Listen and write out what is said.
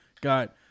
got